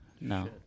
No